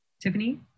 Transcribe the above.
Tiffany